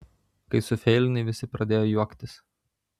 kai sufeilinai visi pradėjo juoktis